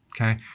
Okay